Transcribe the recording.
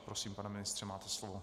Prosím, pane ministře, máte slovo.